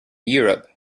europe